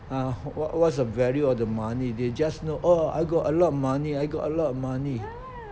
!huh! what what is the value of the money they just know oh I got a lot money I got a lot of money